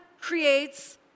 creates